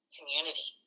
Community